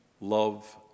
love